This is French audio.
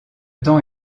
temps